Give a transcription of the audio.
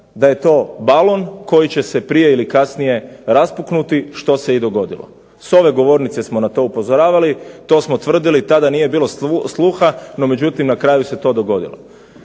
da je to balon koji će se prije ili kasnije raspuknuti što se i dogodilo. SA ove govornice smo na to upozoravali to smo tvrdili tada nije bilo sluha no međutim, na kraju se to dogodilo.